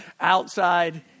Outside